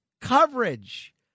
coverage